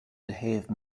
behave